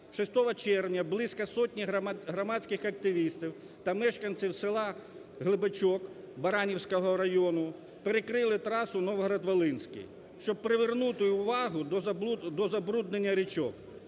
6 червня близько сотні громадських активістів та мешканців села Глибочок Баранівського району перекрили трасу Новоград-Волинський, щоб привернути увагу до забруднення річок.